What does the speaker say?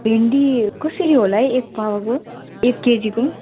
भेन्डी कसरी होला है एक पावाको एक केजीको